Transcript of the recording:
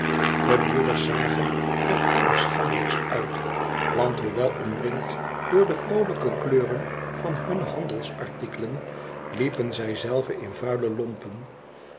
de broeders zagen er allerschandelijkst uit want hoewel omringd door de vroolijke kleuren van hunne handelsartikelen liepen zij zelven in vuile lompen